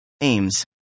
Aims